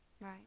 Right